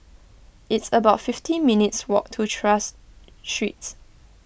it's about fifteen minutes' walk to Tras Street